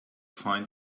find